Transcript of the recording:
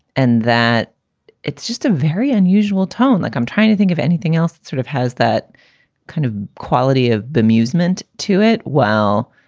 and that it's just a very unusual tone that like i'm trying to think of. anything else sort of has that kind of quality of but amusement to it? well,